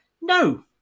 no